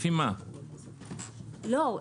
לא,